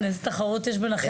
יאומן, איזה תחרות יש ביניכם.